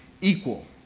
equal